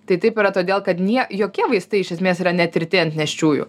tai taip yra todėl kad nė jokie vaistai iš esmės yra netirti ant nėščiųjų